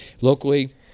locally